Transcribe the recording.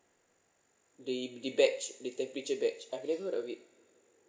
the the badge the temperature badge I've never heard of it